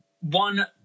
one